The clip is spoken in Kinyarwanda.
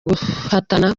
guhatana